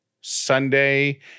Sunday